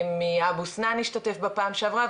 מאבו סנאן שהשתתף בפעם שעברה.